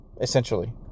essentially